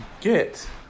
get